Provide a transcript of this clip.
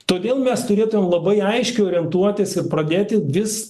todėl mes turėtumėm labai aiškiai orientuotis ir pradėti vis